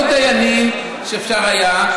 היו דיינים שאפשר היה,